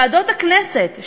ועדות הכנסת,